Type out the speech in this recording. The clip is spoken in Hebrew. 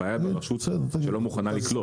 הבעיה ברשות שלא מוכנה לקלוט.